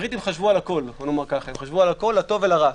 הבריטים חשבו על הכול לטוב ולרע.